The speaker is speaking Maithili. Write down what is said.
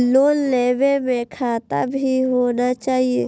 लोन लेबे में खाता भी होना चाहि?